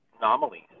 anomalies